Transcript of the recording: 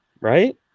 right